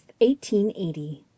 1880